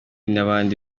n’abandi